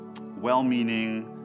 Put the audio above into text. well-meaning